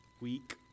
week